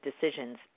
decisions